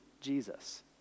Jesus